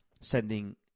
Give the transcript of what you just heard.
sending